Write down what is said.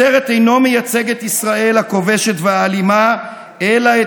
הסרט אינו מייצג את ישראל הכובשת והאלימה אלא את